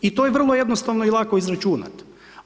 I to je vrlo jednostavno i lako izračunati.